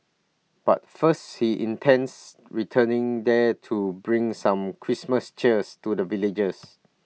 but first he intends returning there to bring some Christmas cheers to the villagers